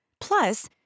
Plus